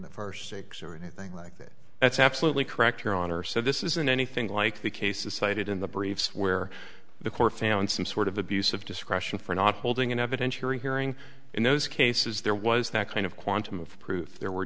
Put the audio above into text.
the first six or anything like that that's absolutely correct your honor so this isn't anything like the cases cited in the briefs where the court found some sort of abuse of discretion for not holding an evidentiary hearing in those cases there was that kind of quantum of proof there were